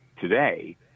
today